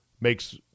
makes